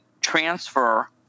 transfer